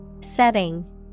setting